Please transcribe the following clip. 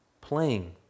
playing